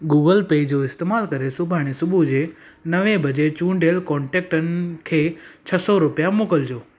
Google Pay जो इस्तेमालु करे सुभाणे सुबुह जे नवे बजे चूंडियल कॉन्टेकटनि खे छह सौ रुपिया मोकिलिजो